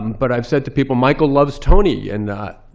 but i've said to people, michael loves tony. and